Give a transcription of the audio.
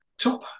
Top